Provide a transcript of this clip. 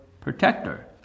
protector